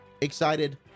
excited